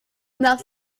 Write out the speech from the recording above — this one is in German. nach